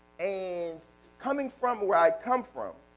and coming from where i come from